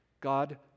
God